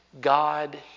God